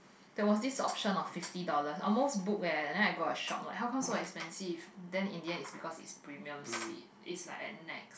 that was this option of fifty dollars almost book leh and then I got a shock leh how comes so expensive then in the end is because is premium seat is like at next